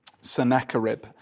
Sennacherib